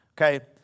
Okay